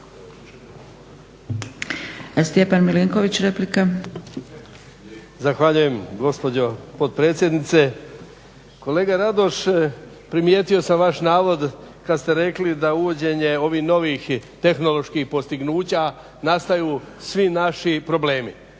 Stjepan (HDZ)** Zahvaljujem gospođo potpredsjednice. Kolega Radoš, primjetio sam vaš navod kad ste rekli da uvođenjem ovih novih tehnoloških postignuća nastaju svi naši problemi.